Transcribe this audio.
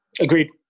Agreed